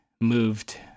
moved